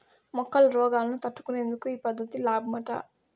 మొక్కల రోగాలను తట్టుకునేందుకు ఈ పద్ధతి లాబ్మట